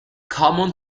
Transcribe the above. common